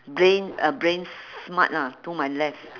brain uh brain smart lah to my left